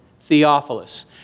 Theophilus